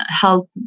help